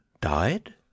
Died